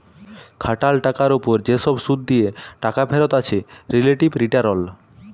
খাটাল টাকার উপর যে সব শুধ দিয়ে টাকা ফেরত আছে রিলেটিভ রিটারল